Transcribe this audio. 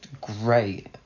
great